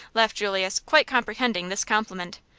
laughed julius, quite comprehending this compliment.